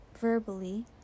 verbally